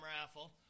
raffle